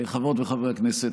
חברות וחברי הכנסת,